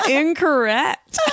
incorrect